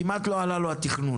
כמעט לא עלה לו התכנון.